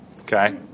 Okay